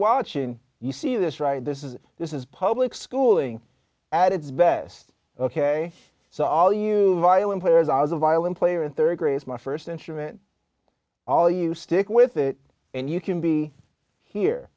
watching you see this right this is this is public schooling at is best ok so all you violin players i was a violin player in rd grade my st instrument all you stick with it and you can be here